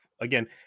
again